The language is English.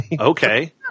Okay